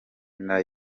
intara